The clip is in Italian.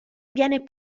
viene